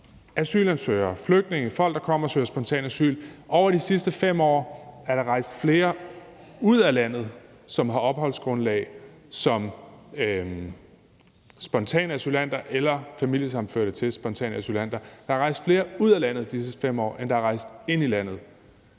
asylansøgere, flygtninge og folk, der kommer og søger spontant asyl, er der over de sidste 5 år der flere, som har et opholdsgrundlag som spontane asylanter eller som familiesammenførte til spontane asylanter, der er rejst ud af landet, end der er rejst ind i landet.